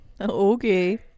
okay